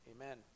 Amen